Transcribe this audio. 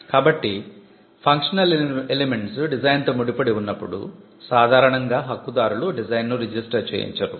కాబట్టి functional elements డిజైన్తో ముడిపడి ఉన్నప్పుడు సాధారణంగా హక్కుదారులు డిజైన్ను రిజిస్టర్ చేయించరు